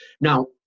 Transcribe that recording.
Now